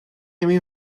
imi